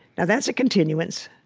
now that's a continuance.